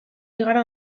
igaro